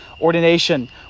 ordination